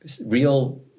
real